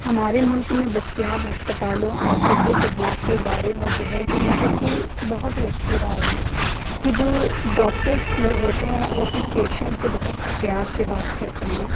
ہمارے ملک میں دستیاب ہسپتالوں اور طبی خدمات کے بارے میں جو ہے کہ مطلب کہ بہت ہی اچھی رائے ہے کہ جو ڈاکٹرس لوگ ہوتے ہیں وہ اپنے پیشنٹس سے بہت پیار سے بات کرتے ہیں